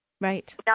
Right